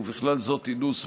ובכלל זאת אינוס,